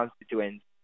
constituents